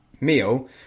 meal